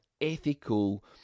ethical